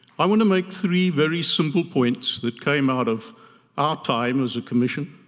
i want to make three very simple points that came out of our time as a commission,